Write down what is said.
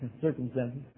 circumstances